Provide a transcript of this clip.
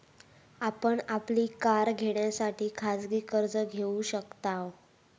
आपण आपली कार घेण्यासाठी खाजगी कर्ज घेऊ शकताव